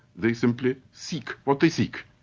they simply seek what they seek.